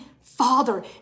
father